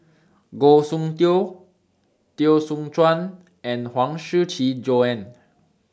Goh Soon Tioe Teo Soon Chuan and Huang Shiqi Joan